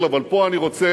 ה"חמאס".